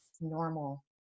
normal